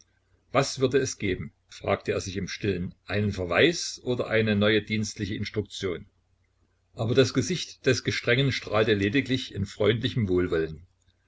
was würde es geben fragte er sich im stillen einen verweis oder eine neue dienstliche instruktion aber das gesicht des gestrengen strahlte lediglich in freundlichem wohlwollen